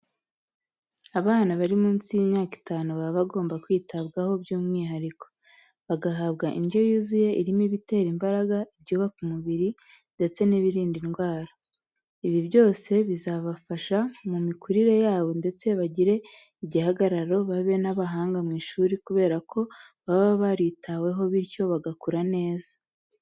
Abana bari munsi y'imyaka itanu baba bagomba kwitabwaho byumwihariko, bagahabwa indyo yuzuye irimo ibitera imbaraga, ibyubaka umubiri ndetse n'ibirinda indwara. Ibi byose bizabafasha mu mikurire yabo ndetse bagire igihagararo babe n'abahanga mu ishuri kubera ko baba baritaweho bityo bagakura neza.